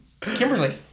kimberly